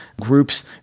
groups